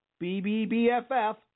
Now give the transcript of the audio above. BBBFF